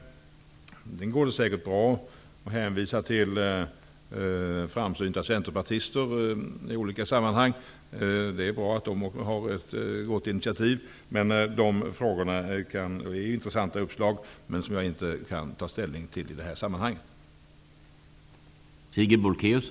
Det går säkert bra att i olika sammanhang hänvisa till framsynta centerpartister. Det är bra att de tar ett gott initiativ. Frågorna kan ge intressanta uppslag, men jag kna inte i det här sammanhanget ta ställning till dessa.